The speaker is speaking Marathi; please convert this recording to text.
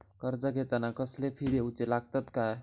कर्ज घेताना कसले फी दिऊचे लागतत काय?